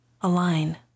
Align